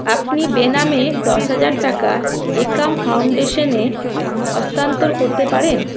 আপনি বেনামে দশ হাজার টাকা একম ফাউন্ডেশনে হস্তান্তর করতে পারেন